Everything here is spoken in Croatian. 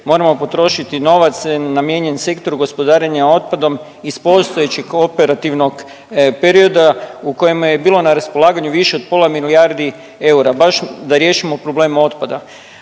moramo potrošiti novac namijenjen sektoru gospodarenja otpadom iz postojećeg operativnog perioda u kojemu je bilo na raspolaganju više od pola milijardi EUR-a baš da riješimo problem otpada.